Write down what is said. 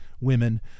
women